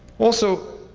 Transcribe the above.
also,